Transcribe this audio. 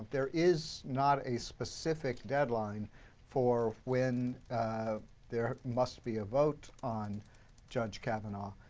um there is not a specific deadline for when there must be a vote on judge kavanaugh.